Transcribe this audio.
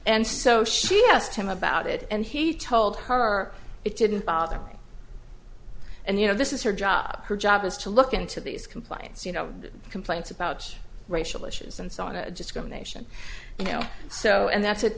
and so she asked him about it and he told her it didn't bother me and you know this is her job her job is to look into these complaints you know complaints about racial issues and so on just go nation you know so and that's